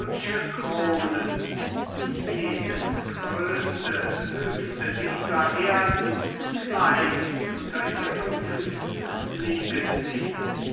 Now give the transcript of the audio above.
die jedes größte höchste dieser erden klein unter ihren füßen liegen sieht